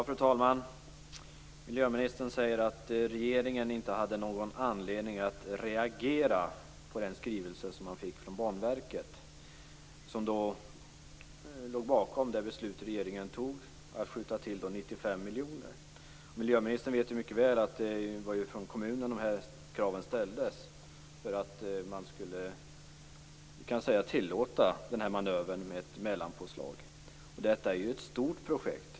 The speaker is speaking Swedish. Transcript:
Fru talman! Miljöministern säger att regeringen inte hade någon anledning att reagera på den skrivelse som man fick från Banverket och som låg bakom regeringens beslut att skjuta till 95 miljoner. Miljöministern vet mycket väl att det var kommunen som ställde de här kraven för att man skulle tillåta manövern med ett mellanpåslag. Och detta är ju ett stort projekt.